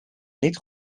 niet